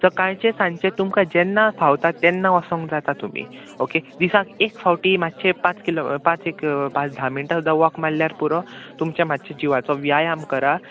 सकाणचें सांचे तुमकां जेन्ना फावता तेन्ना वोसोंक जाता तुमी ओके दिसाक एक फावटी मात्शे पांच किलो पांच एक पांच धा मिनटां सुद्दां वॉक मारल्यार पुरो तुमचे मात्शे जिवाचो व्यायाम करा